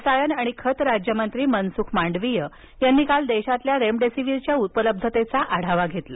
रसायन आणि खतं राज्यमंत्री मनसुख मांडविया यांनी काल देशातील रेमडेसिवीरच्या उपलब्धतेचा आढावा घेतला